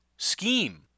scheme